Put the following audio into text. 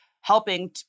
helping